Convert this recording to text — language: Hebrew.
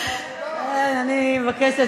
אני מבקשת,